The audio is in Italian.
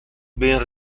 ben